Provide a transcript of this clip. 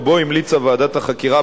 ובו המליצה ועדת החקירה,